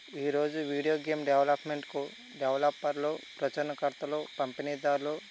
ఈరోజు video game డెవలప్మెంట్కు డెవలపర్లు ప్రచురణ కర్తలు పంపిణీదారులు